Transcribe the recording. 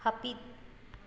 ᱦᱟᱹᱯᱤᱫ